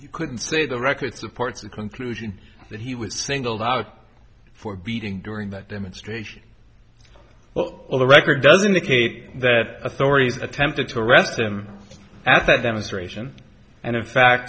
you could say the record supports the conclusion that he was singled out for beating during that demonstration well the record does indicate that authorities attempted to arrest him at that demonstration and in fact